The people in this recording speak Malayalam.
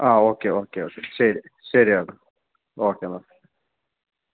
ആ ഓക്കേ ഓക്കേ ഓക്കേ ശരി ശരി ചേട്ടാ ഒക്കെ എന്നാൽ